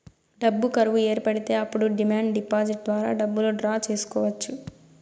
డబ్బు కరువు ఏర్పడితే అప్పుడు డిమాండ్ డిపాజిట్ ద్వారా డబ్బులు డ్రా చేసుకోవచ్చు